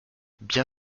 bien